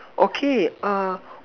okay uh